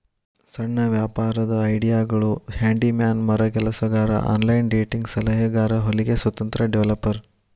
ಸಣ್ಣ ವ್ಯಾಪಾರದ್ ಐಡಿಯಾಗಳು ಹ್ಯಾಂಡಿ ಮ್ಯಾನ್ ಮರಗೆಲಸಗಾರ ಆನ್ಲೈನ್ ಡೇಟಿಂಗ್ ಸಲಹೆಗಾರ ಹೊಲಿಗೆ ಸ್ವತಂತ್ರ ಡೆವೆಲಪರ್